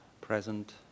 present